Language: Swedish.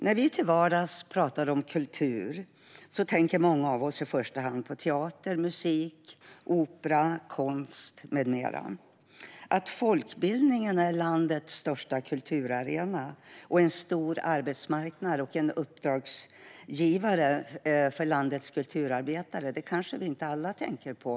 När vi till vardags talar om kultur tänker många av oss i första hand på teater, musik, opera, konst med mera. Att folkbildningen är landets största kulturarena och en stor uppdragsgivare och arbetsmarknad för landets kulturarbetare är kanske något inte alla tänker på.